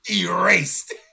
Erased